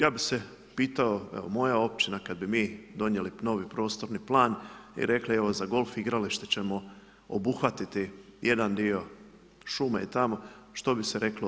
Ja bih se pitao, evo moja općina kada bi mi donijeli novi prostorni plan i rekli evo za golf igralište ćemo obuhvatiti jedan dio šume i tamo, što bi se reklo?